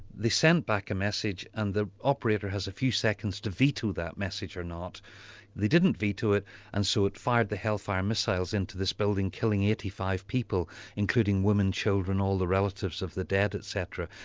sent back a message and the operator has a few seconds to veto that message or not they didn't veto it and so it fired the hellfire missiles into this building killing eighty five people including women, children, all the relatives of the dead, etc.